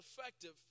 effective